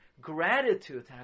gratitude